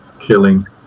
killing